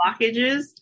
blockages